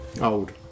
old